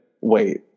wait